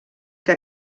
que